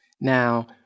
Now